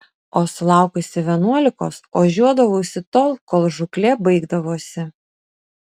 o sulaukusi vienuolikos ožiuodavausi tol kol žūklė baigdavosi